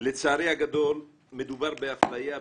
לצערי הגדול מדובר באפליה,